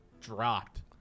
dropped